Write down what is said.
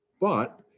But-